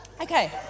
Okay